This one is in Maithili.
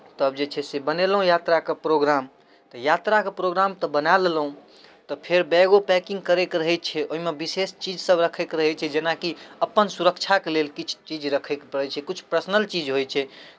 तब जे छै से बनेलहुँ यात्राके प्रोग्राम तऽ यात्राके प्रोग्राम तऽ बना लेलहुँ तऽ फेर बैगो पैकिंग करयके रहै छै ओहिमे विशेष चीजसभ रखयके रहै छै जेनाकि अपन सुरक्षाके लेल किछु चीज रखयके पड़ै छै किछु पर्सनल चीज होइत छै